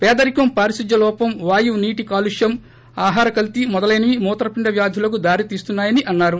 పేదరికం పారిశుధ్య లోపం వాయు నీటి కాలుష్వం ఆహార కర్తీ మెదలైనవి మూత్రపిండ్ వ్యాధులకు దారి తీస్తున్నాయని అన్నారు